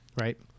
Right